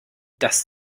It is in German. das